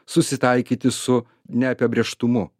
susitaikyti su neapiebrėžtumu